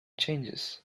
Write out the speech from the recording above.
changes